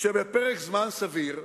שבפרק זמן סביר,